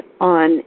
on